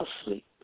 asleep